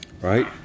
Right